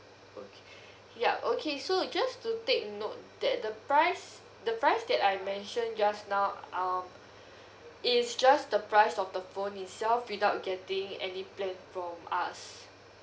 okay ya okay so just to take note that the price the price that I mention just now um is just the price of the phone itself without getting any plan from us